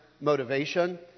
motivation